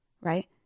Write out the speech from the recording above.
Right